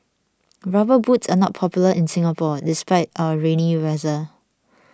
rubber boots are not popular in Singapore despite our rainy weather